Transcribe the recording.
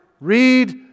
read